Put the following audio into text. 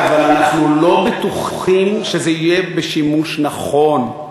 אבל אנחנו לא בטוחים שזה יהיה בשימוש נכון.